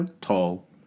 tall